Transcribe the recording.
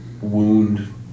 wound